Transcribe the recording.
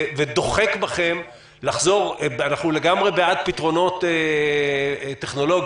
ודוחק בכם אנחנו לגמרי בעד פתרונות טכנולוגיים